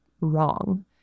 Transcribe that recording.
wrong